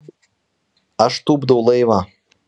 aš tupdau laivą